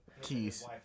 Keys